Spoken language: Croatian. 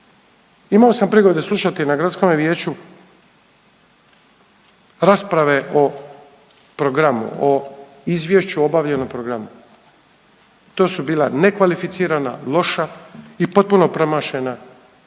Imao sam prigode slušati na gradskome vijeću rasprave o programu, o izvješću obavljenog programa, to su bila nekvalificirana, loša i potpuno promašena, promašene